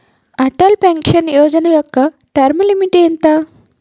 Atal pension Yojana యెక్క term limit ఎంత?